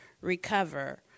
recover